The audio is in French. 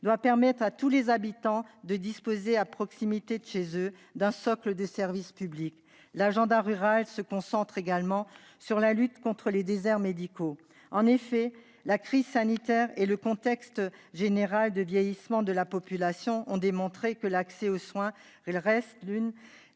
doit permettre à tous les habitants de disposer à proximité de chez eux d'un socle de services publics. L'agenda rural se concentre également sur la lutte contre les déserts médicaux. En effet, la crise sanitaire et le contexte général de vieillissement de la population ont démontré que l'accès aux soins reste l'une